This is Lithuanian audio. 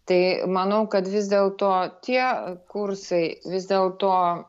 tai manau kad vis dėlto tie kursai vis dėlto